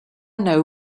know